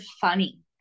funny